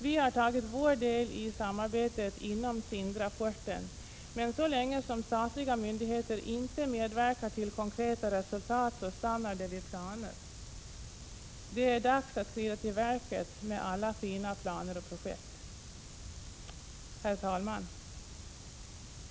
Vi har tagit vår del i samarbetet om SIND rapporten, men så länge som statliga myndigheter inte medverkar till konkreta resultat stannar det vid planer. Det är dags att skrida till verket med alla fina planer och projekt. Herr talman!